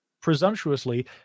presumptuously